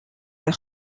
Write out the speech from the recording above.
leur